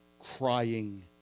Crying